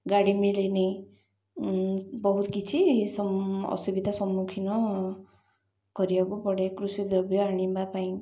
ଗାଡ଼ି ମିଳିନି ବହୁତ କିଛି ଅସୁବିଧା ସମ୍ମୁଖୀନ କରିବାକୁ ପଡ଼େ କୃଷି ଦ୍ରବ୍ୟ ଆଣିବା ପାଇଁ